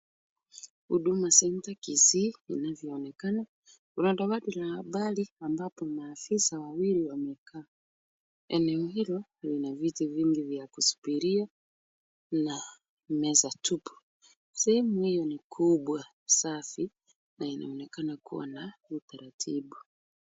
Huduma Center, Kisii, inavyoonekana, una dawati la habari ambapo maafisa wawili wamekaa. Eneo hilo lina viti vingi vya kusubiria na meza tupu. Sehemu hiyo ni kubwa, safi na inaonekana kuwa na utaratibu.